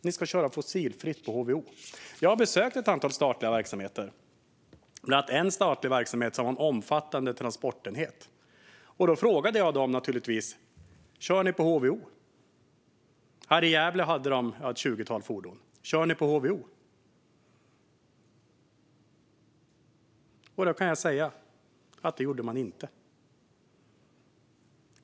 Ni ska köra fossilfritt på HVO. Jag har besökt ett antal statliga verksamheter, bland annat en statlig verksamhet som har en omfattande transportenhet. Jag frågade naturligtvis dem: Kör ni på HVO? I Gävle hade de ett tjugotal fordon. Jag frågade: Kör ni på HVO? Då kan jag säga att det gjorde man inte.